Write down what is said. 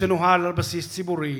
שתנוהל על בסיס ציבורי,